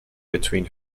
between